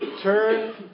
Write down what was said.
turn